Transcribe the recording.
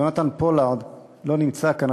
יהונתן פולארד לא נמצא כאן,